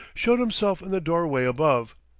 showed himself in the doorway above,